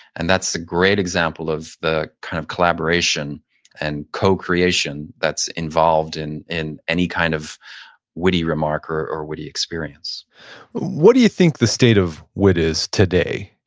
and that's a great example of the kind of collaboration and co-creation that's involved in in any kind of witty remark or or witty experience what do you think the state of wit is today?